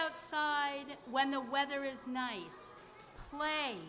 outside when the weather is nice play